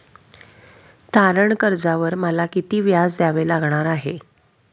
तारण कर्जावर मला किती व्याज द्यावे लागणार आहे?